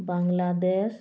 Bangladesh